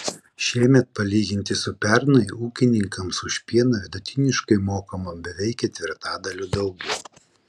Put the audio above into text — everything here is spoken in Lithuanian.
šiemet palyginti su pernai ūkininkams už pieną vidutiniškai mokama beveik ketvirtadaliu daugiau